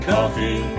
Coffee